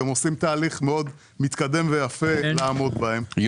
והם עושים תהליך מאוד מתקדם ויפה כדי לעמוד בהן,